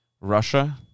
Russia